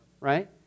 Right